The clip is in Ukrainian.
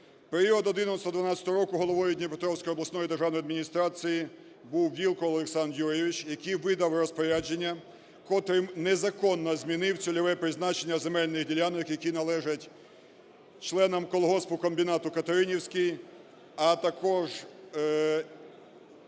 Період 2011-2012 року головою Дніпропетровської обласної державної адміністрації був Вілкул Олександр Юрійович, який видав розпорядження, котрим незаконно змінив цільове призначення земельних ділянок, які належать членам колгоспу-комбінату "Катеринівський", а також іншого